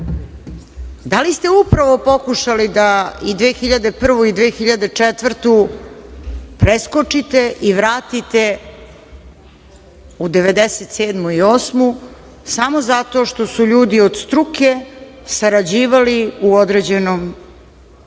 Da li ste upravo pokušali da i 2001. i 2004. godinu preskočite i vratite u 1997. i 1998. godinu, samo zato što su ljudi od struke sarađivali u određenom